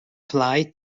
fly